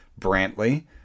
Brantley